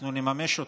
אנחנו נממש אותה.